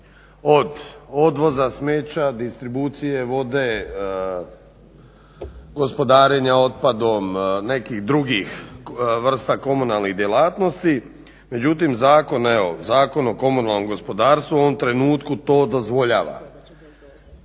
od odvoza smeća, distribucije vode, gospodarenja otpadom, nekih drugih vrsta komunalnih djelatnosti međutim Zakon o komunalnom gospodarstvu u ovom trenutku to dozvoljava.